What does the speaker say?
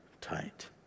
tight